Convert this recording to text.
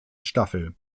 staffel